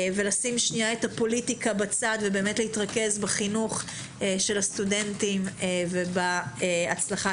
ולשים את הפוליטיקה בצד ולהתרכז בחינוך של הסטודנטים ובהצלחתם.